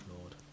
lord